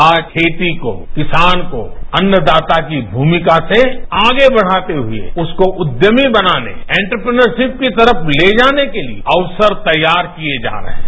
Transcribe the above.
आज खेती को किसान को अन्नदाता की भूमिका से आगे बढ़ाते हुए उसको उद्यमी बनाने इंटर्याइजशिप की तरफ ले जाने के लिए अवसर तैयार किए जा रहे हैं